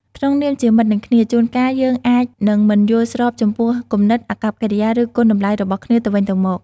ក្នុងនាមជាមិត្តនឹងគ្នា ជួនកាល យើងអាចនឹងមិនយល់ស្របចំពោះគំនិត អាកប្បកិរិយា ឬ គុណតម្លៃរបស់គ្នាទៅវិញទៅមក។